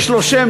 יש לו שם,